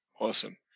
Awesome